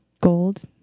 gold